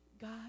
God